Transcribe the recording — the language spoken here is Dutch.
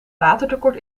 watertekort